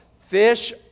fish